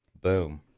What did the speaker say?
Boom